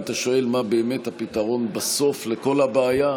אם אתה שואל מה באמת הפתרון בסוף לכל הבעיה,